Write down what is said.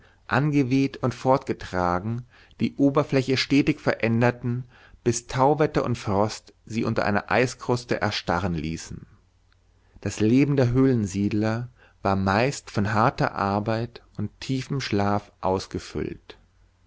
angeweht und fortgetragen die oberfläche stetig veränderten bis tauwetter und frost sie unter einer eiskruste erstarren ließen das leben der höhlensiedler war meist von harter arbeit und tiefem schlaf ausgefüllt